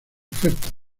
ofertas